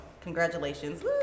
congratulations